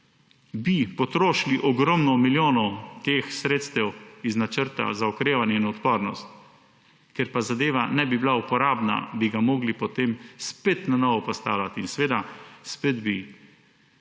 bi potrošili ogromno milijonov teh sredstev iz Načrta za okrevanje in odpornost. Ker pa zadeva ne bi bila uporabna, bi ga mogli potem spet na novo postavljati in seveda spet bi